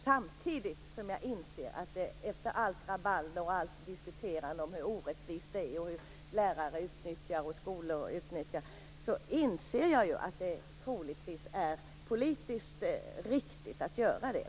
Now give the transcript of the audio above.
Samtidigt inser jag ju, efter allt rabalder och allt diskuterande om hur orättvist det är och hur lärare och skolor utnyttjar systemet, att det troligtvis är politiskt riktigt att göra det.